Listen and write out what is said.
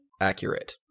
Accurate